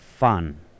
Fun